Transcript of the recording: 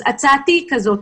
אז הצעתי היא כזאת.